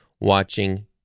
watching